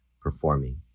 performing